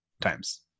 times